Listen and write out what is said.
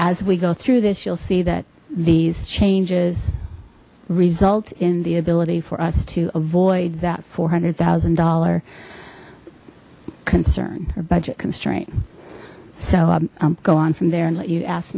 as we go through this you'll see that these changes result in the ability for us to avoid that four hundred thousand dollars concern or budget constraint so i go on from there and let you ask